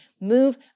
Move